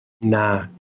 Nah